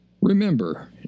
Remember